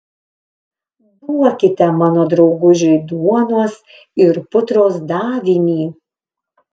duokite mano draugužiui duonos ir putros davinį